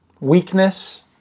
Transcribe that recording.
weakness